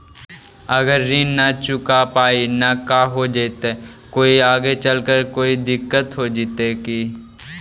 अगर ऋण न चुका पाई न का हो जयती, कोई आगे चलकर कोई दिलत हो जयती?